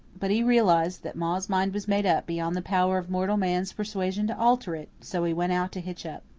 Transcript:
but he realized that ma's mind was made up beyond the power of mortal man's persuasion to alter it, so he went out to hitch up.